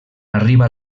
arriba